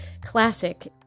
classic